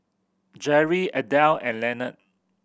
Jerri Adele and Lenard